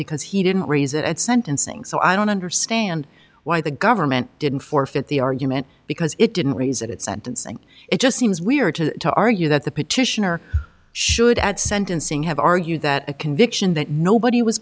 because he didn't raise it at sentencing so i don't understand why the government didn't forfeit the argument because it didn't raise it at sentencing it just seems weird to argue that the petitioner should at sentencing have argued that a conviction that nobody was